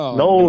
no